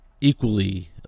equally